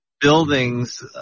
buildings